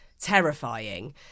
terrifying